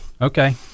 Okay